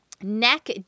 Neck